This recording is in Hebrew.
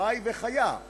חי וחיה,